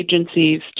agencies